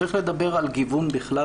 צריך לדבר על גיוון בכלל,